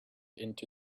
into